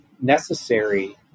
necessary